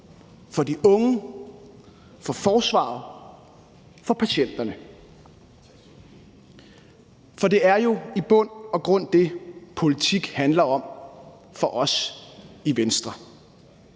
for de unge, for forsvaret og for patienterne. For det er jo i bund og grund det, politik handler om for os i Venstre: